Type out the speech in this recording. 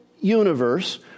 universe